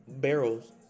barrels